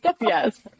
Yes